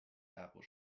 apple